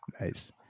Nice